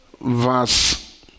verse